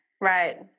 Right